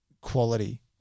quality